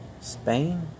Spain